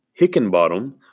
Hickenbottom